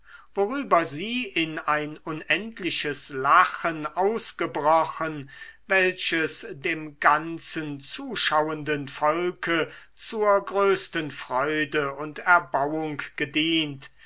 worüber sie in ein unendliches lachen ausgebrochen welches dem ganzen zuschauenden volke zur größten freude und erbauung gedient